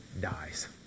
dies